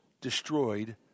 destroyed